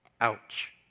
Ouch